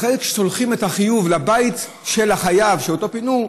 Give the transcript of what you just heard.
אחרי זה כששולחים את החיוב לבית של החייב שאותו פינו,